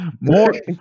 more